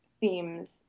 themes